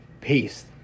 Peace